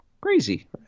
crazy